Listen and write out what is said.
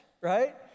right